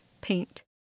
paint